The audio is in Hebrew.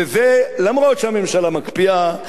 וזה למרות העובדה שהממשלה מקפיאה,